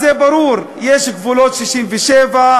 אז זה ברור: יש גבולות 67',